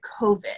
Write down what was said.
COVID